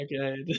Okay